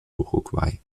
uruguay